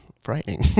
frightening